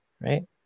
right